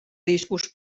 discos